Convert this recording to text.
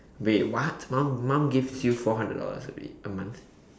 wait what mom mom gives you four hundred dollars a week a month